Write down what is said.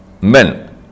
Men